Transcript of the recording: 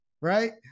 right